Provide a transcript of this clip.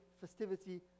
festivity